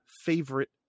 favorite